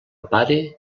pare